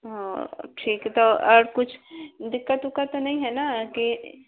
हाँ ठीक है तो और कुछ दिक्कत उक्कत तो नहीं है ना की